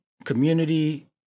Community